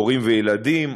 הורים וילדים,